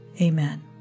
Amen